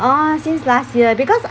oh since last year because